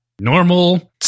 normal